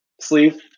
sleeve